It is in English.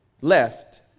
left